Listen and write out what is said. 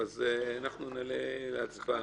אז אנחנו נעלה להצבעה.